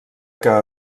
que